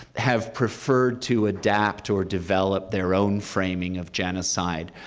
have preferred to adapt or develop their own framing of genocide.